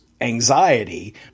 anxiety